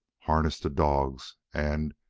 harnessed the dogs, and,